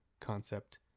concept